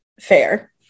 Fair